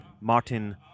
Martin